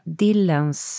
dillens